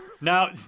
now